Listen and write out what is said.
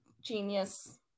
genius